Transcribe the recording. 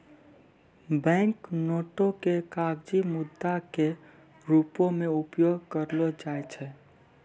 bank नोटो के कागजी मुद्रा के रूपो मे उपयोग करलो जाय छै